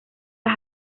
las